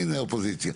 הינה האופוזיציה.